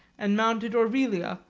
and mounted orelia,